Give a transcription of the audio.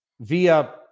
via